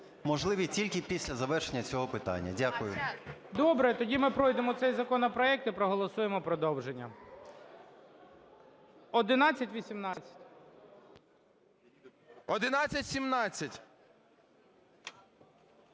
можливі тільки після завершення цього питання. Дякую. ГОЛОВУЮЧИЙ. Добре. Тоді ми пройдемо цей законопроект - і проголосуємо продовження. 1118.